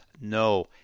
No